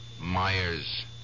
Myers